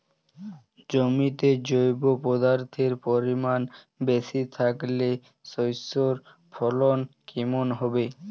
জমিতে জৈব পদার্থের পরিমাণ বেশি থাকলে শস্যর ফলন কেমন হবে?